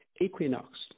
equinox